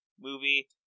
movie